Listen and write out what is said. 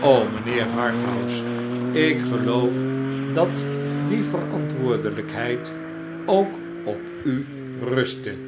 mijnheer harthouse ik geloof dat die verantwoordeujkheid ook op u rustte